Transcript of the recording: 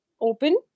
open